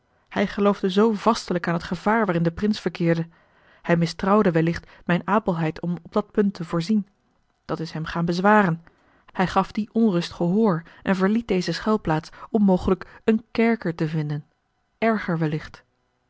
hij geloofde zoo vastelijk aan het gevaar a l g bosboom-toussaint de rins verkeerde hij mistrouwde wellicht mijne abelheid om op dat punt te voorzien dat is hem gaan bezwaren hij gaf die onrust gehoor en verliet deze schuilplaats om mogelijk een kerker te vinden erger wellicht